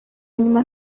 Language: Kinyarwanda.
nyuma